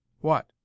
What